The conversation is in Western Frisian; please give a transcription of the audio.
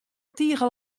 tige